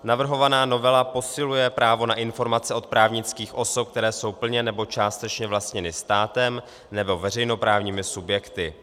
Navrhovaná novela posiluje právo na informace od právnických osob, které jsou plně nebo částečně vlastněny státem nebo veřejnoprávními subjekty.